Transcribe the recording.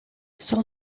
son